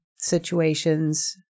Situations